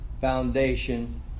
foundation